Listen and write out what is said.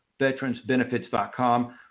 VeteransBenefits.com